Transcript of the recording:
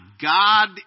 God